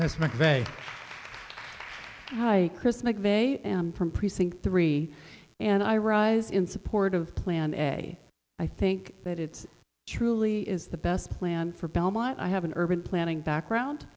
that's mcveigh hi chris mcveigh am from precinct three and i rise in support of plan a i think that it's truly is the best plan for belmont i have an urban planning background